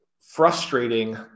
frustrating